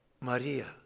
Maria